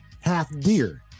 half-deer